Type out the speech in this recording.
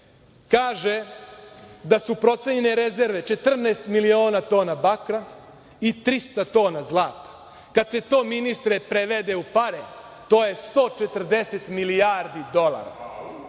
Kaže da su procenjene rezerve 14 miliona tona bakra i 300 tona zlata. Kada se to, ministre, prevede u pare, to je 140 milijardi dolara.